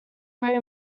very